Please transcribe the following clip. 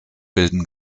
bilden